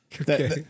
Okay